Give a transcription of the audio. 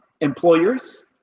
employers